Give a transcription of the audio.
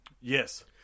yes